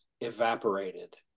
evaporated